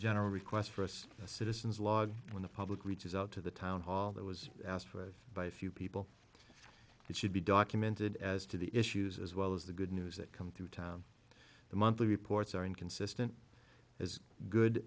general requests for us citizens log when the public reaches out to the town hall that was asked for by a few people it should be documented as to the issues as well as the good news that come through town the monthly reports are inconsistent as good